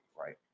right